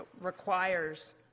requires